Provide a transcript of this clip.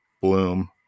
bloom